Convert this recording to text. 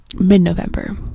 Mid-November